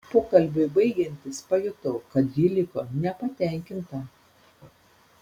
pokalbiui baigiantis pajutau kad ji liko nepatenkinta